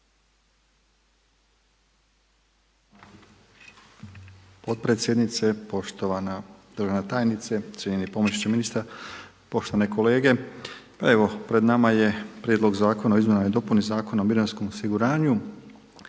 Potpredsjednice, poštovana državna tajnice, cijenjeni pomoćniče ministra, poštovane kolege. Pa evo pred nama je Prijedlog zakona o izmjenama i dopuni Zakona o mirovinskom osiguranju